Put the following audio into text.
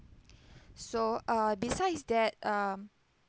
so uh besides that um